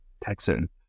Texan